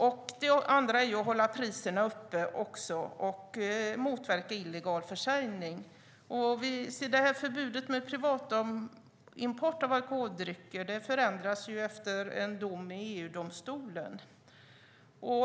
Ett annat instrument är att hålla uppe priserna och motverka illegal försäljning. Vi vet att förbudet mot privatimport av alkoholdrycker ändrats efter en dom i EU-domstolen.